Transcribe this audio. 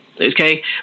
okay